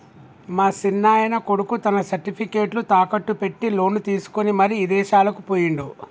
మా సిన్నాయన కొడుకు తన సర్టిఫికేట్లు తాకట్టు పెట్టి లోను తీసుకొని మరి ఇదేశాలకు పోయిండు